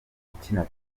ukina